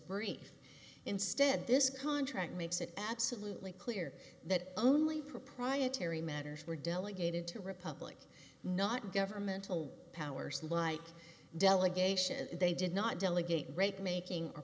brief instead this contract makes it absolutely clear that only proprietary matters were delegated to republic not governmental powers like delegation they did not delegate break making